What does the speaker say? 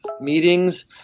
meetings